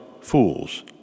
fools